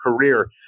career